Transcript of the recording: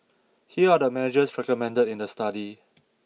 here are the measures recommended in the study